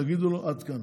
תגידו לו: עד כאן,